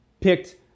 picked